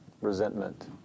resentment